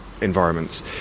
environments